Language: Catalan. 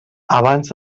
abans